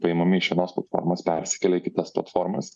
paimami iš vienos platformos persikelia į kitas platformas